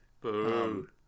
Boom